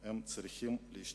שבה הם צריכים להשתלב.